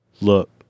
Look